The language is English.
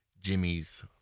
Jimmy's